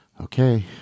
Okay